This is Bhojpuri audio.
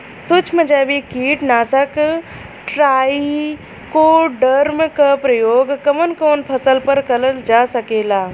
सुक्ष्म जैविक कीट नाशक ट्राइकोडर्मा क प्रयोग कवन कवन फसल पर करल जा सकेला?